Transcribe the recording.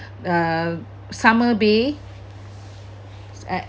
uh summer bay at